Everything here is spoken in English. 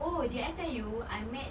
oh did I tell you I met